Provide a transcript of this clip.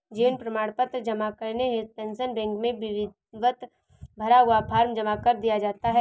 जीवन प्रमाण पत्र जमा करने हेतु पेंशन बैंक में विधिवत भरा हुआ फॉर्म जमा कर दिया जाता है